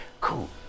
Cool